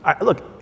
Look